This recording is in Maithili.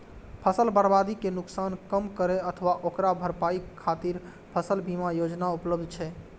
फसल बर्बादी के नुकसान कम करै अथवा ओकर भरपाई खातिर फसल बीमा योजना उपलब्ध छै